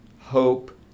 hope